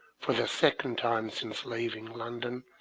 for the second time since leaving london,